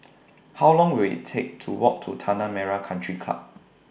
How Long Will IT Take to Walk to Tanah Merah Country Club